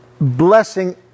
blessing